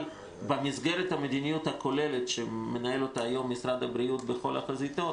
אבל במסגרת המדיניות הכוללת שמנהל אותה היום משרד הבריאות בכל החזיתות